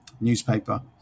newspaper